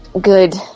Good